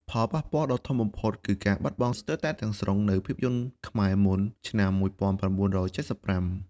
ផលប៉ះពាល់ដ៏ធំបំផុតគឺការបាត់បង់ស្ទើរតែទាំងស្រុងនូវភាពយន្តខ្មែរមុនឆ្នាំ ១៩៧៥។